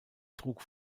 trug